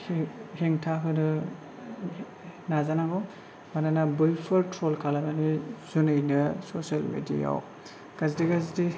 hang हेंथा आरो नाजानांगौ मानोना बैफोर ट्र'ल खालामनायनि जुनैनो ससेल मिडियायाव गाज्रि गाज्रि